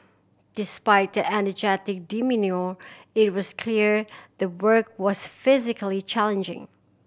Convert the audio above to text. despite their energetic demeanour it was clear the work was physically challenging